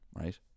right